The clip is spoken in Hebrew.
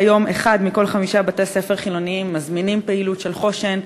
כיום אחד מכל חמישה בתי-ספר חילוניים מזמין פעילות של חוש"ן,